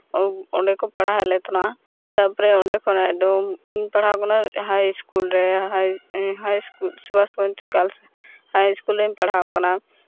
ᱚᱸᱰᱮ ᱠᱚ ᱯᱟᱲᱦᱟᱣ ᱞᱮᱫ ᱛᱟᱦᱮᱱᱟ ᱛᱟᱨᱯᱚᱨᱮ ᱚᱸᱰᱮ ᱠᱷᱚᱱᱟᱜ ᱮᱠᱫᱚᱢ ᱤᱧ ᱯᱟᱲᱦᱟᱣ ᱠᱟᱱᱟ ᱦᱟᱭ ᱤᱥᱠᱩᱞ ᱨᱮ ᱦᱟᱭ ᱤᱥᱠᱩᱞ ᱥᱩᱵᱷᱟᱥ ᱢᱚᱧᱪᱚ ᱜᱷᱟᱥ ᱨᱮ ᱦᱟᱭ ᱤᱥᱠᱩᱞ ᱨᱮᱧ ᱯᱟᱲᱦᱟᱣ ᱠᱟᱱᱟ